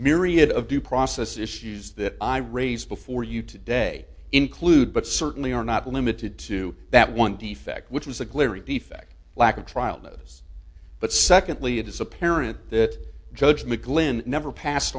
myriad of due process issues that i raised before you today include but certainly are not limited to that one defect which is a glaring defect lack of trial notice but secondly it is apparent that judge mcglynn never passed